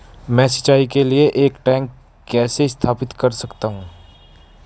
मैं सिंचाई के लिए एक टैंक कैसे स्थापित कर सकता हूँ?